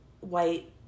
white